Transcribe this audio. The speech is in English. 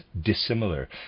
dissimilar